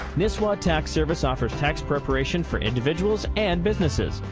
nisswa tax service offers tax preparation for individuals and business.